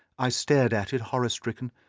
i stared at it horror-stricken,